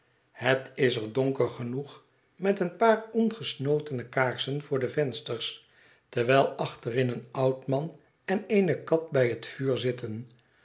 het is er donker genoeg meteen paar ongesnotene kaarsen voor de vensters terwijl achterin een oud man en eene kat bij het vuur zitten